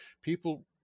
people